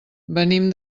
venim